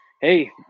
hey